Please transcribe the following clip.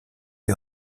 die